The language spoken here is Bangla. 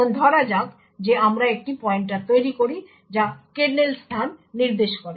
এখন ধরা যাক যে আমরা একটি পয়েন্টার তৈরি করি যা কার্নেল স্থান নির্দেশ করে